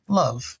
love